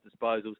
disposals